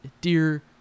dear